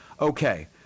Okay